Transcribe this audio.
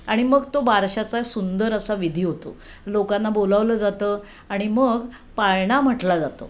आणि मग तो बारशाचा सुंदर असा विधी होतो लोकांना बोलावलं जातं आणि मग पाळणा म्हटला जातो